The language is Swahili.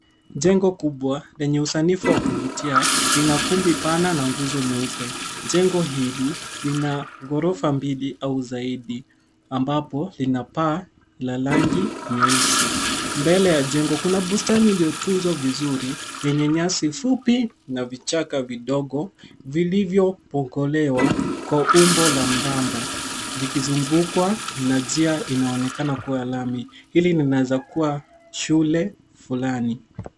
Jengo kubwa lenye usanifu wa kuvutia lina kumbi pana na nguzo nyeupe. Jengo hili lina ghorofa mbili au zaidi ambapo lina paa la rangi nyeusi. Mbele ya jengo kuna bustani iliyotunzwa vizuri yenye nyasi fupi na vichaka vidogo vilivyopokolewa kwa umbo wa mraba vikizungukwa na njia ianyoonekana kuwa lami. Hili linaweza kuwa shule fulani.